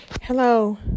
Hello